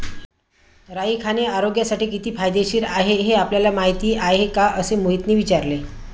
राई खाणे आरोग्यासाठी किती फायदेशीर आहे हे आपल्याला माहिती आहे का? असे मोहितने विचारले